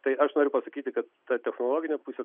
tai aš noriu pasakyti kad ta technologinė pusė